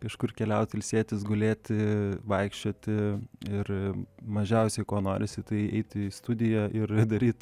kažkur keliaut ilsėtis gulėti vaikščioti ir mažiausiai ko norisi tai eiti į studiją ir daryt